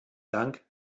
dank